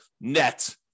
net